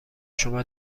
شما